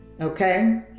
Okay